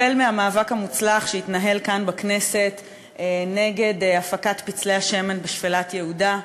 החל במאבק המוצלח שהתנהל כאן בכנסת נגד הפקת פצלי השמן בשפלת יהודה,